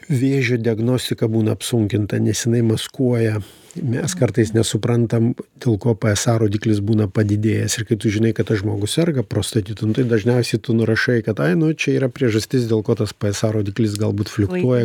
vėžio diagnostika būna apsunkinta nes jinai maskuoja mes kartais nesuprantam dėl ko psa rodiklis būna padidėjęs ir kai tu žinai kad tas žmogus serga prostatitu dažniausiai tu nurašai kad ai nu čia yra priežastis dėl ko tas psa rodiklis galbūt fliuktuoja